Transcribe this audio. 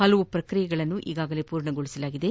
ಹಲವಾರು ಪ್ರಕ್ರಿಯೆಗಳನ್ನು ಈಗಾಗಲೇ ಪೂರ್ಣಗೊಳಿಸಲಾಗಿದೆ